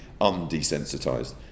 undesensitized